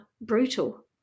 brutal